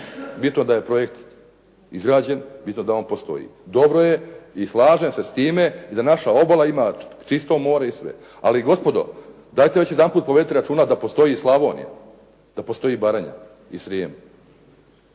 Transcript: Bitno da je projekt izrađen, bitno da on postoji. Dobro je i slažem se s time i da naša obala ima čisto more i sve. Ali gospodo, dajte još jedanput povedite računa da postoji i Slavonija, da postoji Baranja i Srijem.